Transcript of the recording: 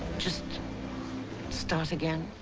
just start again?